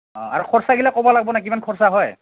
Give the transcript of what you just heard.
অঁ আৰু খৰচাগিলা ক'ব লাগিব ন কিমান খৰচা হয়